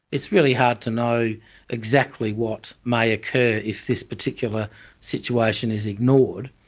it's really hard to know exactly what may occur if this particular situation is ignored,